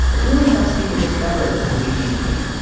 it really helps people discover this movie changed me,